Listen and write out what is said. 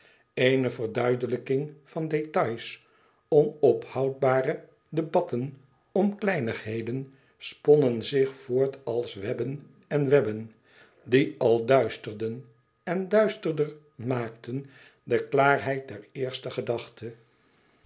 eene verduidelijking van détails onophoudbare debatten om kleinigheden sponnen zich voort als webben en webben die al duisterder en duisterder maakten de klaarheid der eerste gedachte